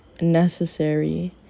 necessary